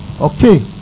okay